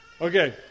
Okay